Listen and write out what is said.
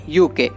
UK